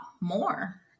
more